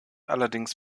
allerdings